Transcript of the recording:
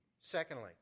Secondly